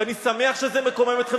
ואני שמח שזה מקומם אתכם,